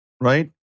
right